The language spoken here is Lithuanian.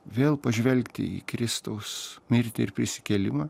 vėl pažvelgti į kristaus mirtį ir prisikėlimą